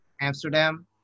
Amsterdam